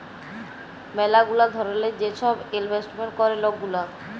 ম্যালা গুলা ধরলের যে ছব ইলভেস্ট ক্যরে লক গুলা